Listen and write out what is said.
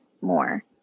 more